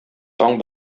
таң